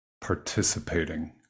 participating